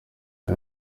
iyi